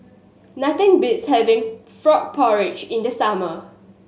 nothing beats having frog porridge in the summer